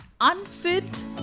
unfit